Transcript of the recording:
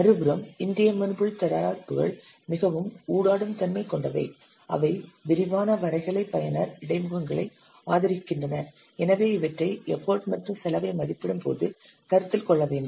மறுபுறம் இன்றைய மென்பொருள் தயாரிப்புகள் மிகவும் ஊடாடும் தன்மை கொண்டவை அவை விரிவான வரைகலை பயனர் இடைமுகங்களை ஆதரிக்கின்றன எனவே இவற்றை எஃபர்ட் மற்றும் செலவை மதிப்பிடும்போது கருத்தில் கொள்ள வேண்டும்